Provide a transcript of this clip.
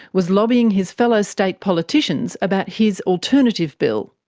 was lobbying his fellow state politicians about his alternative bill.